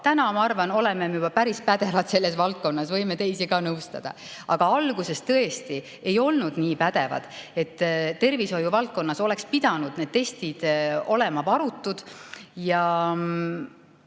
Täna, ma arvan, oleme juba päris pädevad selles valdkonnas, võime teisi ka nõustada. Aga alguses tõesti ei olnud nii pädevad. Tervishoiuvaldkonnas oleks pidanud need testid olema varutud.